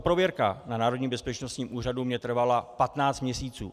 Tato prověrka na Národním bezpečnostním úřadu mně trvala 15 měsíců.